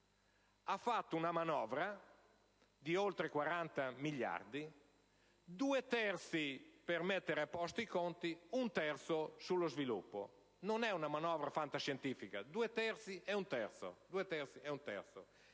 Ha varato una manovra di oltre 40 miliardi, due terzi dei quali per mettere a posto i conti, un terzo per lo sviluppo. Non è una manovra fantascientifica: due terzi e un terzo.